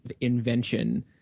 invention